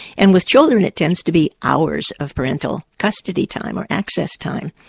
and with children it tends to be hours of parental custody time, or access time.